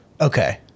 okay